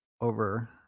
over